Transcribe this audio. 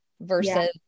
versus